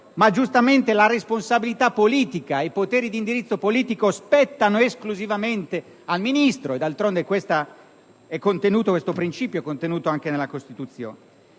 che giustamente la responsabilità politica e i poteri di indirizzo politico spettano esclusivamente al Ministro. D'altronde si tratta di un principio contenuto anche nella Costituzione.